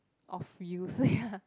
of use ya